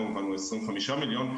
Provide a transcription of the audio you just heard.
כ-25 מיליון,